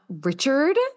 Richard